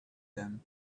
them